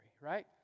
right